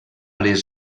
les